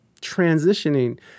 transitioning